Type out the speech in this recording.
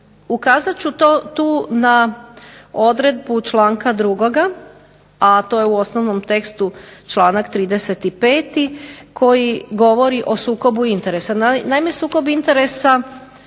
Ukazat ću tu na odredbu članka 2., a to je u osnovnom tekstu članak 35. koji govori o sukobu interesa. Naime, sukob interesa